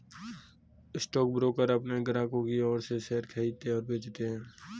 stockbroker अपने ग्राहकों की ओर से शेयर खरीदते हैं और बेचते हैं